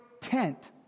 tent